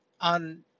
on